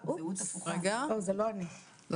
לא,